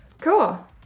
cool